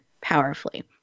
powerfully